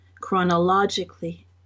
chronologically